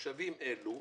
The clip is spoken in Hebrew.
תושבים אלה,